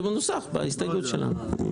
זה מנוסח בהסתייגות שלנו.